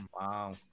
Wow